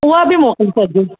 उहा बि मोकिले छॾिजो